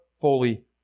fully